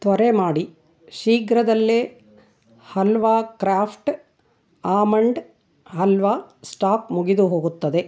ತ್ವರೆ ಮಾಡಿ ಶೀಘ್ರದಲ್ಲೇ halwa craft almond halwa stock ಮುಗಿದು ಹೋಗುತ್ತದೆ